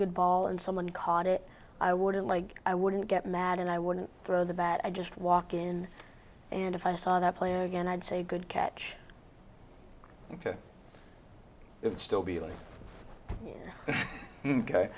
good ball and someone caught it i would like i wouldn't get mad and i wouldn't throw the bat i just walk in and if i saw that player again i'd say good catch ok it still